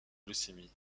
leucémie